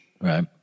Right